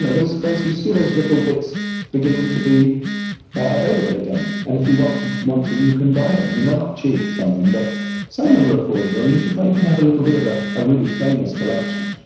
know, there's those, you see those little bits beginning to be available again. and if you want to, you can buy them. i mean, they're not cheap some of them, but some of them are affordable and you can quite, you could have a little bit of ah a really famous collection.